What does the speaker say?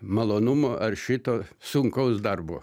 malonumo ar šito sunkaus darbo